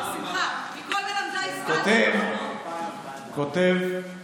נכון, אדוני היושב-ראש?